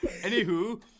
anywho